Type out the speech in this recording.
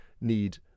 need